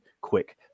quick